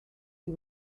you